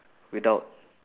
without